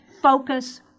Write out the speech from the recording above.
focus